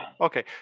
Okay